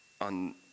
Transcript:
on